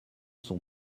son